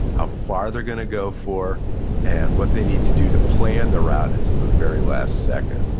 how far they're gonna go for and what they need to do to plan their route until the very last second,